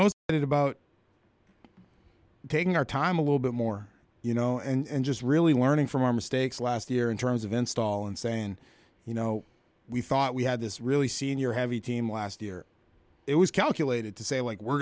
it about taking our time a little bit more you know and just really learning from our mistakes last year in terms of install and saying you know we thought we had this really senior heavy team last year it was calculated to say like we're